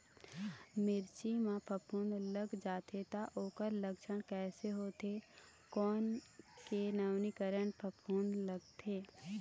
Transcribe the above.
मिर्ची मा फफूंद लग जाथे ता ओकर लक्षण कैसे होथे, कोन के नवीनीकरण फफूंद लगथे?